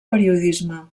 periodisme